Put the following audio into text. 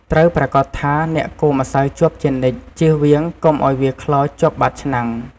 ត្រូវប្រាកដថា អ្នកកូរម្សៅជាប់ជានិច្ច ជៀសវាងកុំឱ្យវាខ្លោចជាប់បាតឆ្នាំង។